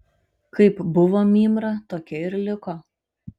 kaip buvo mymra tokia ir liko